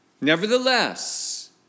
Nevertheless